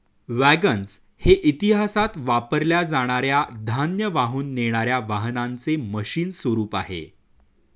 wagons हे इतिहासात वापरल्या जाणार या धान्य वाहून नेणार या वाहनांचे मशीन स्वरूप आहे